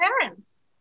parents